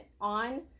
on